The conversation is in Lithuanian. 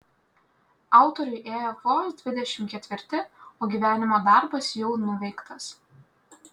autoriui ėjo vos dvidešimt ketvirti o gyvenimo darbas jau nuveiktas